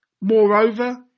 Moreover